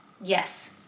Yes